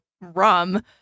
rum